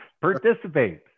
Participate